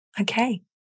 okay